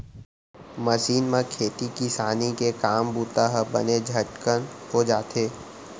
machine म खेती किसानी के काम बूता ह बने झटकन हो जाथे